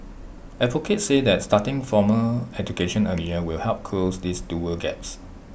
advocates say that starting formal education earlier will help close these dual gaps